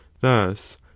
thus